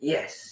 Yes